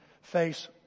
face